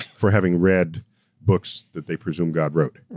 for having read books, that they presume god wrote.